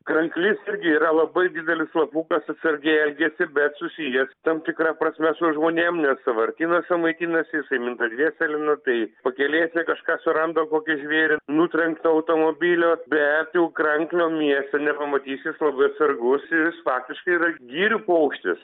kranklys irgi yra labai didelis slapukas atsargiai elgiasi bet susijęs tam tikra prasme su žmonėm nes sąvartynuose maitinasi jisai minta dvėselena tai pakelėse kažką suranda kokį žvėrį nutrenktą automobilio bet jau kranklio mieste nepamatysi jis labai atsargus ir jis faktiškai yra girių paukštis